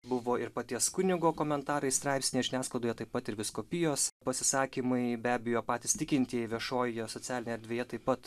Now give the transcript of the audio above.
buvo ir paties kunigo komentarai straipsniai žiniasklaidoje taip pat ir vyskupijos pasisakymai be abejo patys tikintieji viešojoje socialinėje erdvėje taip pat